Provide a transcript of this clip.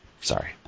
sorry